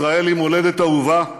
ישראל היא מולדת אהובה,